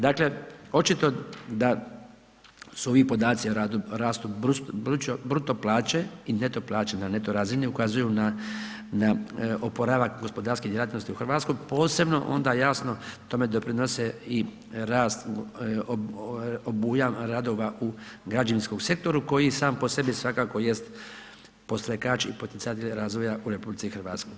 Dakle, očito da su ovi podaci o rastu bruto plaće i neto plaće, na neto razini ukazuju na oporavak gospodarske djelatnosti u Hrvatskoj posebno onda jasno tome doprinose i rast obujam radova u građevinskom sektoru koji sam po sebi svakako jest podstrekač i poticatelj razvoja u RH.